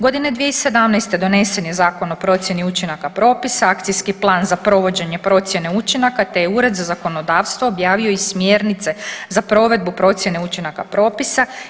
Godine 2017. donesen je Zakon o procjeni učinaka propisa, akcijski plan za provođenje procjene učinaka, te je Ured za zakonodavstvo objavio i smjernice za provedbu procjene učinaka propisa.